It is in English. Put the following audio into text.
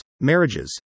marriages